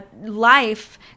Life